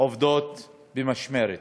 עובדות במשמרת.